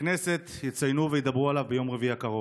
בכנסת יציינו וידברו עליו ביום רביעי הקרוב.